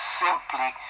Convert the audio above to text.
simply